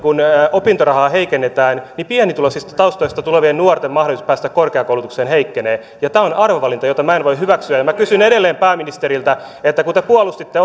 opintorahaa heikennetään niin pienituloisista taustoista tulevien nuorten mahdollisuus päästä korkeakoulutukseen heikkenee ja tämä on arvovalinta jota minä en voi hyväksyä minä kysyn edelleen pääministeriltä kun te puolustitte